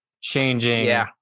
changing